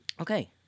Okay